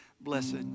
blessed